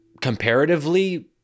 comparatively